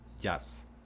Yes